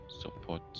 support